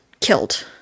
killed